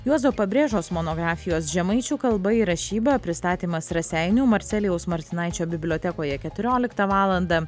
juozo pabrėžos monografijos žemaičių kalba į rašyba pristatymas raseinių marcelijaus martinaičio bibliotekoje keturioliktą valandą